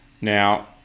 Now